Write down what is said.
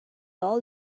all